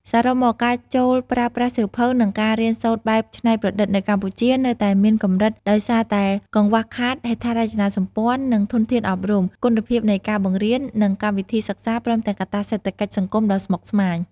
សរុបមក ការចូលប្រើប្រាស់សៀវភៅ និងការរៀនសូត្របែបច្នៃប្រឌិតនៅកម្ពុជានៅតែមានកម្រិតដោយសារតែកង្វះខាតហេដ្ឋារចនាសម្ព័ន្ធ និងធនធានអប់រំ គុណភាពនៃការបង្រៀន និងកម្មវិធីសិក្សា ព្រមទាំងកត្តាសេដ្ឋកិច្ចសង្គមដ៏ស្មុគស្មាញ។